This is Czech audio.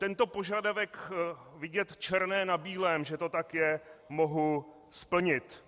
Tento požadavek vidět černé na bílém, že to tak je, mohu splnit.